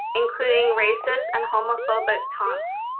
including racist and homophobic taunts.